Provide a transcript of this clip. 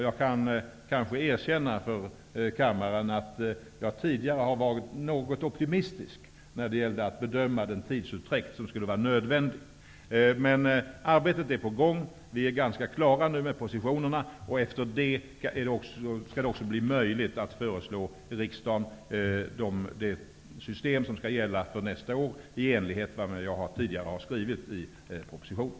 Jag kan erkänna för kammaren att jag tidigare varit något optimistisk när det gällt att bedöma den nödvändiga tidsutdräkten. Men arbetet är på gång. Vi är ganska klara över positionerna. Därefter blir det möjligt att förslå riksdagen de system som skall gälla för nästa år i enligt med vad jag tidigare skrivit i propositionen.